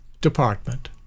department